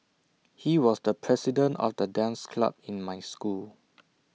he was the president of the dance club in my school